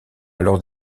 alors